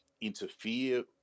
interfere